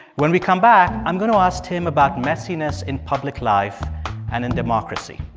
when we come back, i'm going to ask tim about messiness in public life and in democracy.